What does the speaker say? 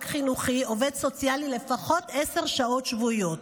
חינוכי או עובד סוציאלי לפחות עשר שעות שבועיות.